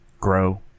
Grow